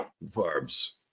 verbs